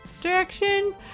direction